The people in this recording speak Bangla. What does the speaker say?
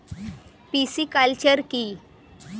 পিসিকালচার কি?